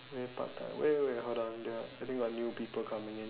maybe part time wait wait hold on I think got new people coming in